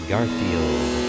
Garfield